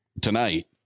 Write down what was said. tonight